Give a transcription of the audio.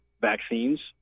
vaccines